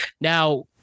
Now